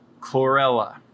chlorella